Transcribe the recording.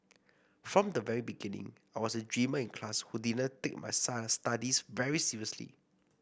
from the very beginning I was a dreamer in class who didn't take my sun studies very seriously